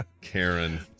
Karen